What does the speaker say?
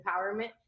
empowerment